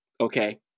Okay